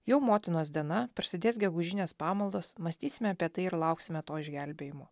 jau motinos diena prasidės gegužinės pamaldos mąstysime apie tai ir lauksime to išgelbėjimo